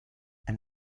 ein